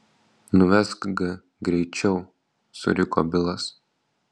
nuvesk g greičiau suriko bilas